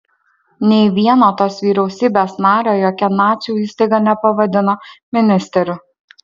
nei vieno tos vyriausybės nario jokia nacių įstaiga nepavadino ministeriu